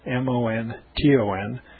M-O-N-T-O-N